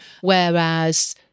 whereas